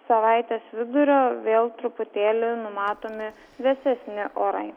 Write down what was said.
savaitės vidurio vėl truputėlį numatomi vėsesni orai